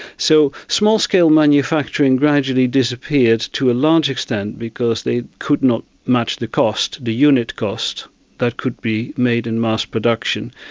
so, small-scale manufacturing gradually disappeared to a large extent because they could not match the cost, the unit cost that could be made in mass production.